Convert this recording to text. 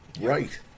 right